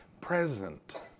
present